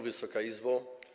Wysoka Izbo!